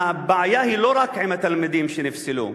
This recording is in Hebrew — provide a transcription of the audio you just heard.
הבעיה היא לא רק עם התלמידים שנפסלו.